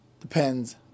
depends